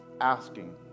asking